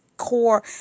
core